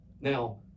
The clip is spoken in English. Now